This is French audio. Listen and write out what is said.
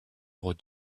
aux